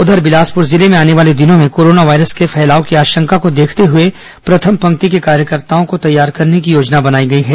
उधर बिलासपुर जिले में आने वाले दिनों में कोरोना वायरस के फैलाव की आशंका को देखते हुए प्रथम पंक्ति के कार्यकर्ताओं को तैयार करने की योजना बनाई गई है